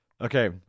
Okay